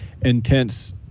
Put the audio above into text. intense